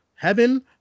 heaven